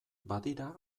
badira